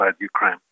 Ukraine